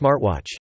smartwatch